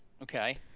Okay